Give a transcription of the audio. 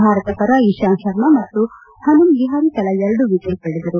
ಭಾರತ ಪರ ಇತಾಂತ್ ಶರ್ಮಾ ಮತ್ತು ಪನುಮ ವಿಹಾರಿ ತಲಾ ಎರಡು ವಿಕೆಟ್ ಪಡೆದರು